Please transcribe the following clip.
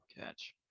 catch